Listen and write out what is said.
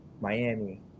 Miami